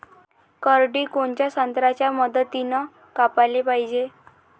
करडी कोनच्या यंत्राच्या मदतीनं कापाले पायजे?